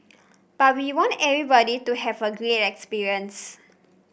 but we want everybody to have a great experience